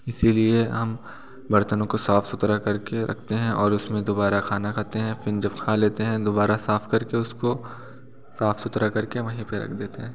इसी लिए हम बर्तनों को साफ़ सुथरा कर के रखते हैं और उसमें दोबारा खाना खाते हैं फिन जब खा लेते हैं दोबारा साफ़ कर के उसको साफ़ सुथरा कर के वहीं पर रख देते हैं